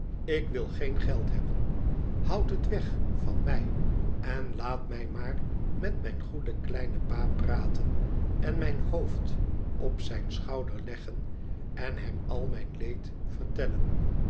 ik wil geen geld hebben houd het weg van mij en laat mij maar met mijn goeden kleinen pa praten en mijn hoofd op zijn schouder leggen en hem al mijn leed vertellen